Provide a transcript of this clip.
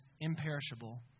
imperishable